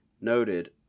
noted